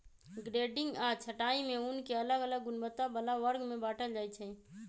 grading आऽ छँटाई में ऊन के अलग अलग गुणवत्ता बला वर्ग में बाटल जाइ छइ